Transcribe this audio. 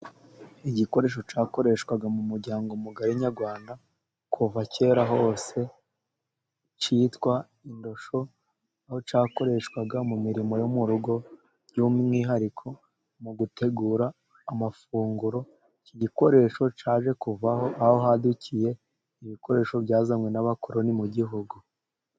Igikoresho cyakoreshwaga mu muryango mugari nyarwanda, kuva kera hose. Kitwa indosho, aho cyakoreshwaga mu mirimo yo mu rugo, by'umwihariko mu gutegura amafunguro, iki gikoresho cyaje kuvaho aho hadukiye ibikoresho byazanywe n'abakoloni mu Gihugu.